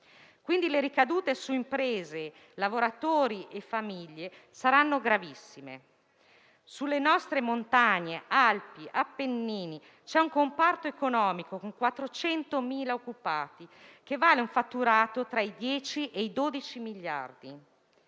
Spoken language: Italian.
Quindi, le ricadute su imprese, lavoratori e famiglie saranno gravissime. Sulle nostre montagne, Alpi e Appennini, c'è un comparto economico con 400.000 occupati, che vale un fatturato tra i 10 e i 12 miliardi.